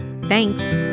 Thanks